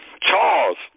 Charles